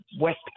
west